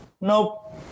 Nope